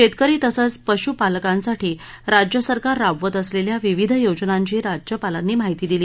शेतकरी तसंच पश्पालकांसाठी राज्य सरकार राबवत असलेल्या विविध योजनांची राज्यपालांनी माहिती दिली